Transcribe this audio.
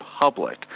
Public